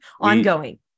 ongoing